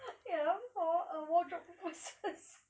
ya I mean for a wardrobe purposes